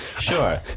Sure